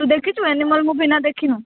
ତୁ ଦେଖିଛୁ ଏନିମଲ୍ ମୁଭି ନା ଦେଖିନୁ